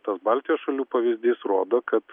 tas baltijos šalių pavyzdys rodo kad